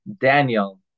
Daniel